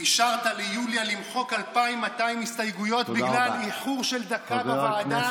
אישרת ליוליה למחוק 2,200 הסתייגויות בגלל איחור של דקה בוועדה,